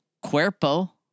cuerpo